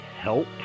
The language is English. help